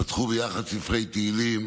פתחו ביחד ספרי תהילים